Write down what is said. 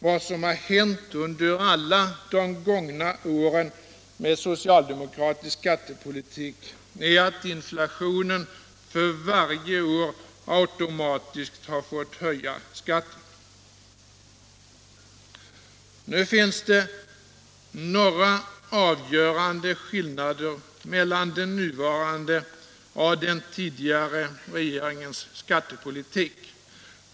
Vad som har hänt under alla de gångna åren med socialdemokratisk skattepolitik är att inflationen för varje år automatiskt har fått höja skatten. Det finns några avgörande skillnader mellan den nuvarande och den tidigare regeringens skattepolitik.